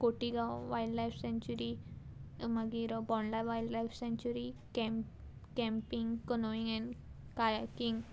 Cotigao wild life sanctuary मागीर Bondla wild life sanctuary cam camping canoeing and kayaking